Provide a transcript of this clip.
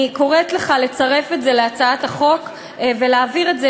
אני קוראת לך לצרף את זה להצעת החוק ולהעביר את זה.